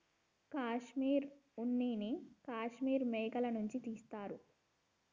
కాశ్మీర్ ఉన్న నీ కాశ్మీర్ మేకల నుంచి తీస్తారు